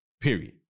period